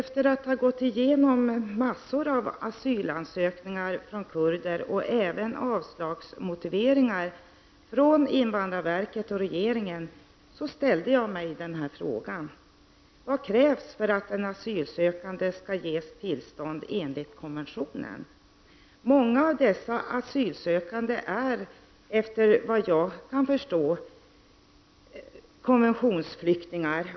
Sedan jag har gått igenom en mängd asylansökningar från kurder och även avslagsmotiveringar från invandrarverket och regeringen ställer jag frågan: Vad krävs enligt konventionen för att asylsökande skall ges detta tillstånd? Många av dessa asylsökande är, såvitt jag förstår, konventionsflyktingar.